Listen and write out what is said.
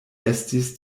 estis